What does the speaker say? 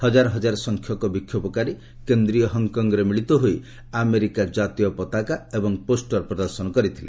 ହଜାର ହଜାର ସଂଖ୍ୟକ ବିକ୍ଷୋଭକାରୀ କେନ୍ଦ୍ରୀୟ ହଂକଂରେ ମିଳିତ ହୋଇ ଆମେରିକା କାତୀୟ ପତାକା ଏବଂ ପୋଷ୍ଟର ପ୍ରଦର୍ଶନ କରିଥିଲେ